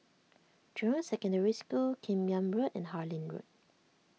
Jurong Secondary School Kim Yam Road and Harlyn Road